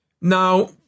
Now